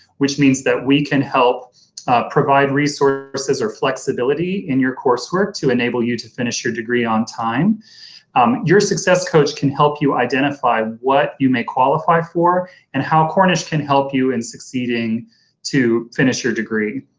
which means that we can help provide resources or flexibility in your coursework to enable you to finish your degree on time um your success coach can help you identify what you may qualify for and how cornish can help you in succeeding to finish your degree.